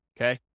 okay